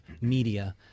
media